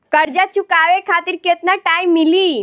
कर्जा चुकावे खातिर केतना टाइम मिली?